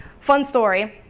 fun story,